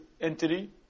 entity